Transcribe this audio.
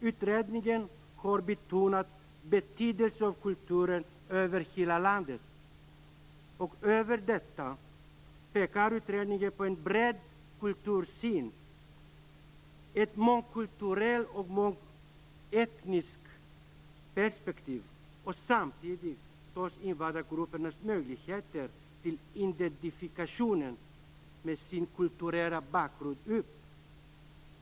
Utredningen har betonat betydelsen av kultur över hela landet. Utöver detta pekar utredningen på en bred kultursyn, ett mångkulturellt och mångetniskt perspektiv. Samtidigt tar man upp invandrargruppernas möjligheter till identifikation med sin kulturella bakgrund.